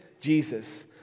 Jesus